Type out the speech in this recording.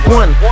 one